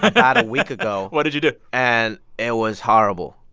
about a week ago what did you do? and it was horrible.